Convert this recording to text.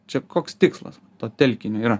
čia koks tikslas to telkinio yra